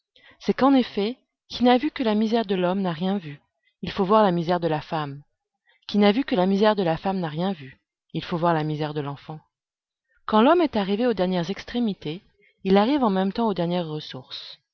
c'est qu'en effet qui n'a vu que la misère de l'homme n'a rien vu il faut voir la misère de la femme qui n'a vu que la misère de la femme n'a rien vu il faut voir la misère de l'enfant quand l'homme est arrivé aux dernières extrémités il arrive en même temps aux dernières ressources